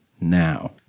now